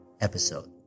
episode